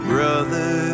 Brother